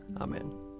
Amen